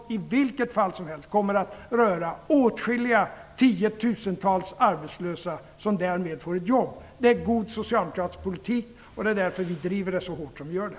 I vilket fall som helst kommer det att beröra åtskilliga tiotusentals arbetslösa som därmed kommer att få ett jobb. Det är god socialdemokratisk politik, och det är därför vi driver frågan så hårt.